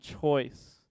choice